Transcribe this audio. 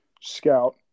scout